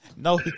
No